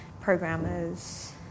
programmers